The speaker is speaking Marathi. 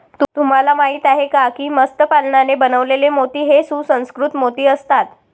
तुम्हाला माहिती आहे का की मत्स्य पालनाने बनवलेले मोती हे सुसंस्कृत मोती असतात